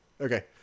Okay